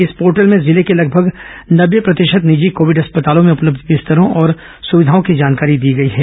इस पोर्टल में जिले के लगभग नब्बे प्रतिशत निजी कोविड अस्पतालों में उपलब्ध बिस्तरों और अन्य सविघाओं की जानकारी दी गई है